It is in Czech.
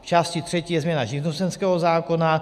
V části třetí je změna živnostenského zákona.